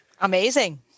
Amazing